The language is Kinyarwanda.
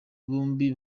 bombi